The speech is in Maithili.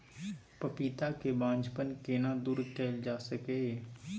पपीता के बांझपन केना दूर कैल जा सकै ये?